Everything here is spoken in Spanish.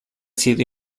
sido